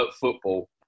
football